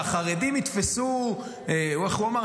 שהחרדים יתפסו, איך הוא אמר?